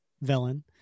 villain